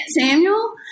Samuel